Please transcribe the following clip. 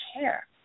care